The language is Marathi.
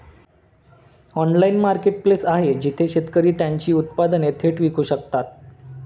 ऑनलाइन मार्केटप्लेस आहे जिथे शेतकरी त्यांची उत्पादने थेट विकू शकतात?